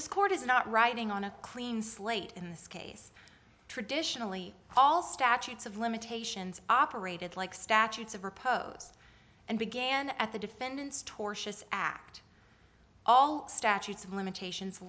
this court is not writing on a clean slate in this case traditionally all statutes of limitations operated like statutes of repose and began at the defendant's tortious act all statutes of limitations